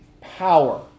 power